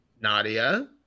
nadia